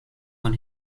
when